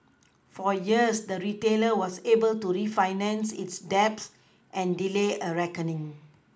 for years the retailer was able to refinance its debt and delay a reckoning